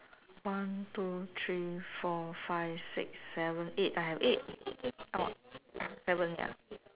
one two three four five six seven eight I have eight orh seven ya